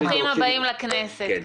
ברוכים הבאים לכנסת.